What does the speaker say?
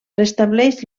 restableix